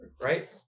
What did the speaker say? right